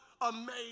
amazing